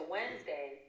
Wednesday